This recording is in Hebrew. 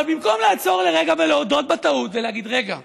אבל במקום לעצור לרגע ולהודות בטעות ולהגיד: רגע,